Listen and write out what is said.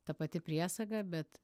ta pati priesaga bet